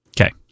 okay